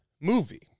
movie